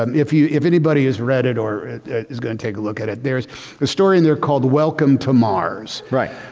um if you if anybody has read it or is going to take a look at it. there's a story in there called welcome to mars,